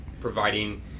providing